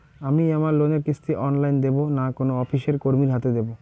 আমি আমার লোনের কিস্তি অনলাইন দেবো না কোনো অফিসের কর্মীর হাতে দেবো?